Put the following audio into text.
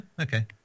okay